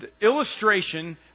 illustration